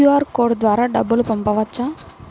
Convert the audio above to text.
QR code ద్వారా డబ్బులు పంపవచ్చా?